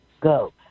go